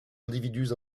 individus